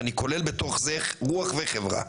ואני כולל בתוך זה רוח וחברה,